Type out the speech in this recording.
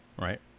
Right